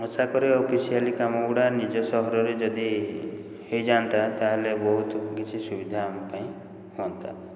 ଆଶା କରେ ଅଫିସିଆଲି କାମ ଗୁଡ଼ା ନିଜ ସହରରେ ଯଦି ହେଇଯାନ୍ତା ତା'ହେଲେ ବହୁତ କିଛି ସୁବିଧା ଆମ ପାଇଁ ହୁଅନ୍ତା